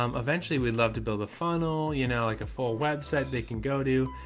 um eventually we'd love to build a funnel, you know, like a full website they can go to,